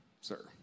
sir